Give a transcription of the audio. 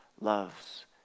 loves